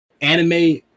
anime